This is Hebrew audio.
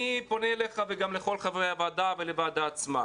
אני פונה אליך וגם לכל חברי הוועדה ולוועדה עצמה.